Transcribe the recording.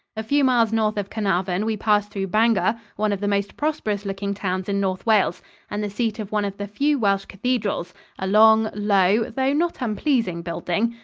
a few miles north of carnarvon we passed through bangor, one of the most prosperous-looking towns in north wales and the seat of one of the few welsh cathedrals a long, low, though not unpleasing, building.